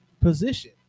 position